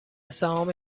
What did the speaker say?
سهام